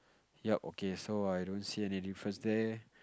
yup okay so I don't see any difference there